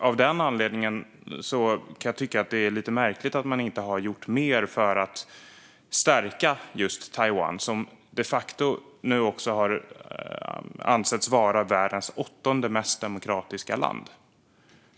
Av den anledningen kan jag tycka att det är lite märkligt att man inte har gjort mer för att stärka Taiwan, som nu de facto anses vara världens åttonde mest demokratiska land.